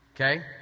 Okay